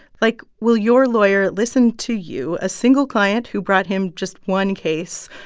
like, will your lawyer listen to you, a single client who brought him just one case,